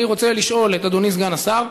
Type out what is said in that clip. אני רוצה לשאול את אדוני סגן השר,